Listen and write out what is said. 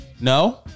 No